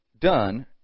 done